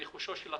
רכושו של הציבור.